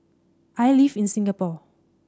I live in Singapore